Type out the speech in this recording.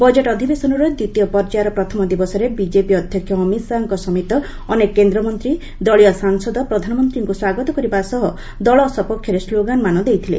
budget ଅଧିବେଶନର ଦ୍ୱିତୀୟ ପର୍ଯ୍ୟାୟର ପ୍ରଥମ ଦିବସରେ ବିକେପି ଅଧ୍ୟକ୍ଷ ଅମିତ୍ ଶାହାଙ୍କ ସମତେ ଅନେକ କେନ୍ଦ୍ରମନ୍ତ୍ରୀ ଦଳୀୟ ସାଂସଦ ପ୍ରଧାନମନ୍ତ୍ରୀଙ୍କୁ ସ୍ୱାଗତ କରିବା ସହ ଦଳ ସପକ୍ଷରେ ସ୍ଲୋଗାନମାନ ଦେଇଥିଲେ